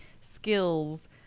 skills